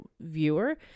viewer